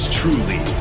truly